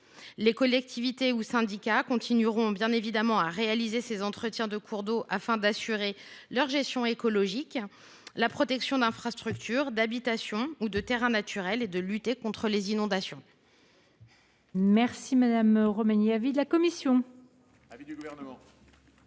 Les collectivités ou syndicats concernés continueront évidemment à réaliser ces entretiens de cours d’eau afin d’assurer leur gestion écologique et la protection d’infrastructures, d’habitations et de terrains naturels, ainsi que de lutter contre les inondations.